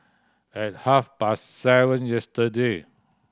at half past seven yesterday